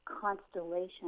constellation